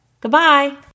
Goodbye